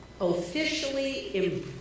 officially